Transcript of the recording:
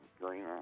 green